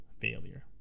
failure